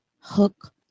hook